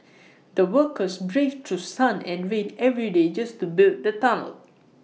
the workers braved through sun and rain every day just to build the tunnel